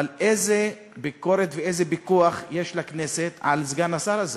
אבל איזה ביקורת ואיזה פיקוח יש לכנסת על סגן השר הזה?